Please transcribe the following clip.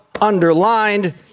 underlined